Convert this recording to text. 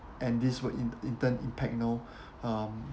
and this would in in turn impact you know um